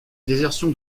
désertion